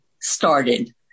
started